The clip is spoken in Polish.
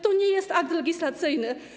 To nie jest akt legislacyjny.